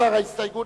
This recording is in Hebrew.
ההסתייגות